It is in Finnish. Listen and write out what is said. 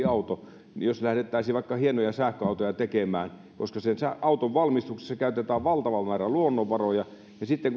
auto jos lähdettäisiin vaikka hienoja sähköautoja tekemään niin sen auton valmistuksessa käytetään valtava määrä luonnonvaroja ja sitten